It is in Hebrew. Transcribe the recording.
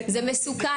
זה מסוכן,